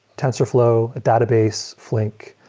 tensorflow, database, flink.